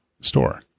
store